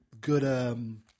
good